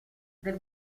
del